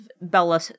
Bella